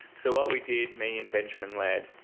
so what we did, me and benjamin laird,